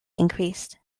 increased